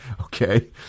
Okay